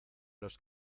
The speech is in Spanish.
los